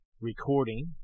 recording